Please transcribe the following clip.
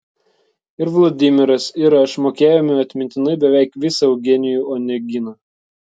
ir vladimiras ir aš mokėjome atmintinai beveik visą eugenijų oneginą